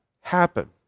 happen